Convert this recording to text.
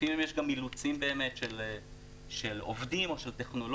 לפעמים יש גם אילוצים של עובדים או של טכנולוגיות